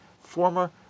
former